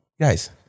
guys